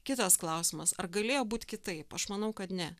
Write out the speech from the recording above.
kitas klausimas ar galėjo būt kitaip aš manau kad ne